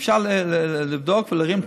אפשר לבדוק ולהרים,